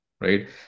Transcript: Right